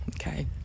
Okay